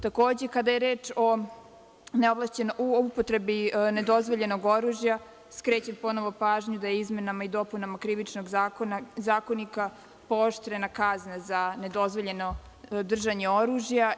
Takođe kada je reč o upotrebi nedozvoljenog oružja, skrećem ponovo pažnju da je izmenama i dopunama Krivičnog zakonika pooštrena kazna za nedozvoljeno držanje oružja.